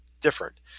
different